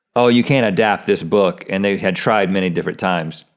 oh, you can't adapt this book and they had tried many different times.